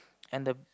and the